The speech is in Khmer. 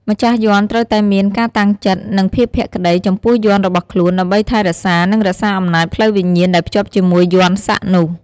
ម្ចាស់យន្តត្រូវតែមាន ការតាំងចិត្ត និង ភាពភក្តី ចំពោះយន្តរបស់ខ្លួន ដើម្បីថែរក្សា និងរក្សាអំណាចផ្លូវវិញ្ញាណដែលភ្ជាប់ជាមួយយន្តសាក់នោះ។